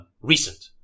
recent